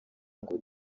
ngo